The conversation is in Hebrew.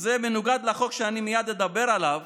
זה מנוגד לחוק שאני מייד אדבר עליו.